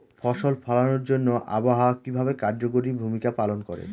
ফসল ফলানোর জন্য আবহাওয়া কিভাবে কার্যকরী ভূমিকা পালন করে?